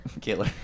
killer